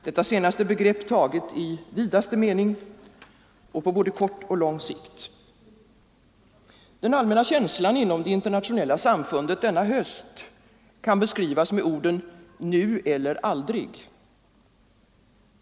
Det senaste begreppet taget i vidaste mening och på både kort och lång sikt. Den allmänna känslan inom det internationella samfundet denna höst kan beskrivas med orden: nu eller aldrig.